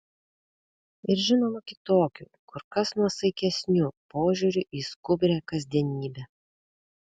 ir žinoma kitokiu kur kas nuosaikesniu požiūriu į skubrią kasdienybę